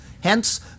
Hence